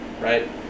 right